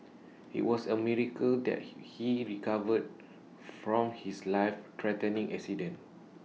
IT was A miracle that he he recovered from his life threatening accident